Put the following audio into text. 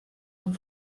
amb